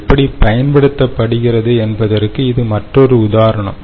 எப்படி பயன்படுத்தப்படுகிறது என்பதற்கு இது மற்றொரு உதாரணம்